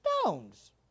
stones